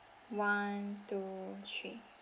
one two three